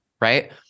right